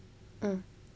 mm